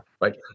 Right